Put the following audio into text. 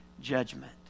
judgment